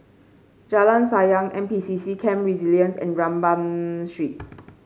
Jalan Sayang N P C C Camp Resilience and Rambau Street